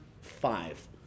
five